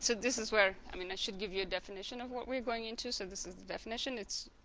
so this is where i mean i should give you a definition of what we're going into so this is the definition it's